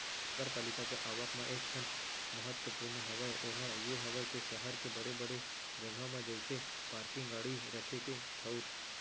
नगरपालिका के आवक म एक ठन महत्वपूर्न हवय ओहा ये हवय के सहर के बड़े बड़े जगा म जइसे पारकिंग गाड़ी रखे के ठऊर